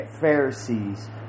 Pharisees